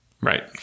Right